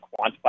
quantify